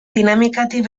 dinamikatik